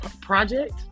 project